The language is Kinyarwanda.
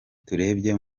turebye